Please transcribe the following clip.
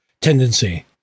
tendency